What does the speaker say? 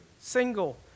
single